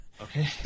Okay